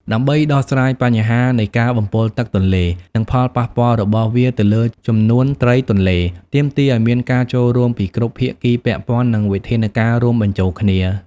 ដើម្បីដោះស្រាយបញ្ហានៃការបំពុលទឹកទន្លេ និងផលប៉ះពាល់របស់វាទៅលើចំនួនត្រីទន្លេ ទាមទារឱ្យមានការចូលរួមពីគ្រប់ភាគីពាក់ព័ន្ធ និងវិធានការរួមបញ្ចូលគ្នា។